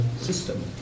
system